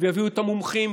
ויביאו את המומחים,